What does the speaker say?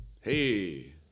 Hey